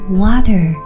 water